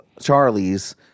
Charlie's